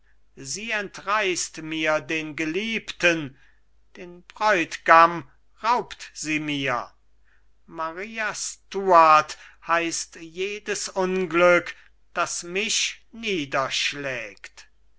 sie entreißt mir den geliebten den bräut'gam raubt sie mir maria stuart heißt jedes unglück das mich niederschlägt